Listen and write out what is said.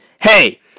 Hey